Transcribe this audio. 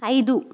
ಐದು